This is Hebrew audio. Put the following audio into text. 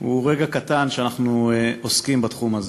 הוא רגע קטן שאנחנו עוסקים בו בתחום הזה.